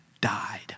died